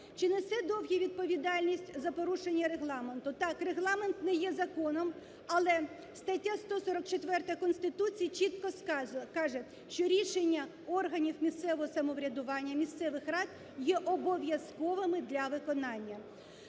Чи несе Довгий відповідальність за порушення регламенту? Так, регламент не є законом, але стаття 44 Конституції чітко каже, що рішення органів місцевого самоврядування, місцевих рад є обов'язковими для виконання.